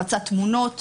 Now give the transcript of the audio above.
הפצת תמונות